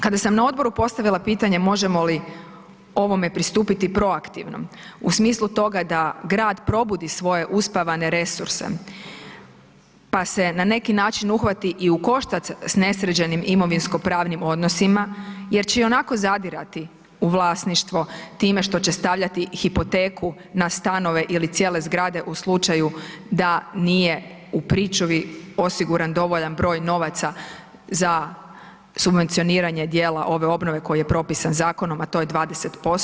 Kada sam na odboru postavila pitanje možemo li ovome pristupiti proaktivno u smislu toga da da grad probudi svoje uspavane resurse pa se na neki način uhvati i u koštac s nesređenim imovinsko-pravnim odnosima jer će ionako zadirati u vlasništvo time što će stavljati hipoteku na stanove ili cijele zgrade u slučaju da nije u pričuvi osiguran dovoljan broj novaca za subvencioniranje dijela ove obnove koji je propisan zakonom, a to je 20%